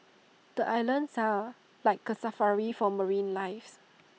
the islands are like A Safari for marine lives